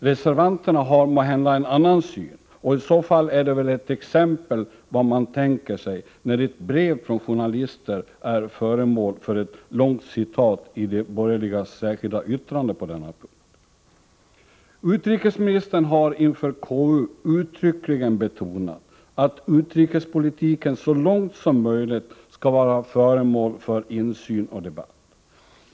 Reservanterna har måhända en annan syn på saken, och det utgör väl ett exempel på vad man tänker sig, när ett brev från journalister är föremål för ett långt citat i de borgerligas särskilda yttrande på denna punkt. Utrikesministern har inför KU uttryckligen betonat att utrikespolitiken så långt som möjligt skall vara föremål för insyn och debatt.